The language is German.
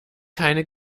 keine